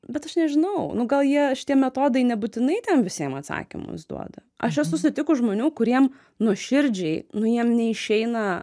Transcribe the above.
bet aš nežinau nu gal jie šitie metodai nebūtinai ten visiem atsakymus duoda aš esu sutikus žmonių kuriem nuoširdžiai nu jiem neišeina